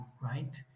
right